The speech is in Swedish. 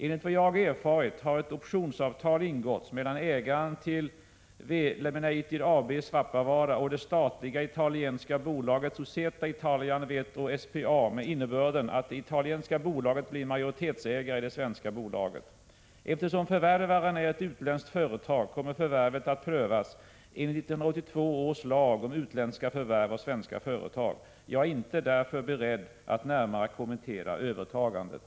Enligt vad jag erfarit har ett optionsavtal ingåtts mellan ägaren till W-Laminated AB i Svappavaara och det statliga, italienska bolaget Societå Italiana Vetro SPA med innebörden att det italienska bolaget blir majoritetsägare i det svenska bolaget. Eftersom förvärvaren är ett utländskt företag kommer förvärvet att prövas enligt 1982 års lag om utländska förvärv av svenska företag. Jag är därför inte beredd att närmare kommentera övertagandet.